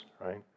Right